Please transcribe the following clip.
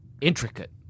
intricate